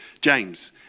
James